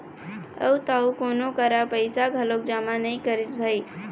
अउ त अउ कोनो करा पइसा घलोक जमा नइ करिस भई